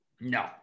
No